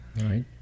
right